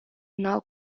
now